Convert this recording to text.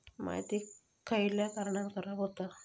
माती खयल्या कारणान खराब हुता?